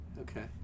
Okay